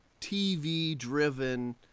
TV-driven